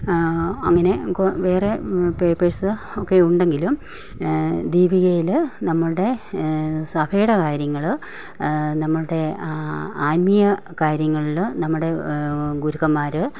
അങ്ങനെ വേറെ പേപ്പേഴ്സ് ഒക്കെ ഉണ്ടെങ്കിലും ദീപികയിൽ നമ്മളുടെ സഭയുടെ കാര്യങ്ങൾ നമ്മളുടെ ആത്മീയകാര്യങ്ങളിൽ നമ്മുടെ ഗുരുക്കന്മാർ